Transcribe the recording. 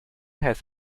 has